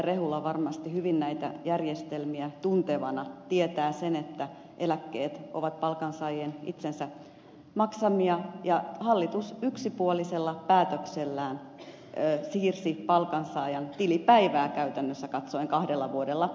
rehula varmasti hyvin näitä järjestelmiä tuntevana tietää sen että eläkkeet ovat palkansaajien itsensä maksamia ja hallitus yksipuolisella päätöksellään siirsi palkansaajan tilipäivää käytännössä katsoen kahdella vuodella eteenpäin